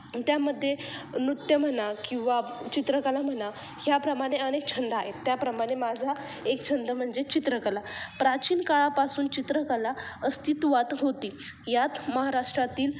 त्यामध्ये नृत्य म्हणा किंवा चित्रकला म्हणा ह्याप्रमाणे अनेक छंद आहेत त्याप्रमाणे माझा एक छंद म्हणजे चित्रकला प्राचीन काळापासून चित्रकला अस्तित्वात होती यात महाराष्ट्रातील